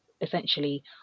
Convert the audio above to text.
essentially